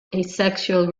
asexual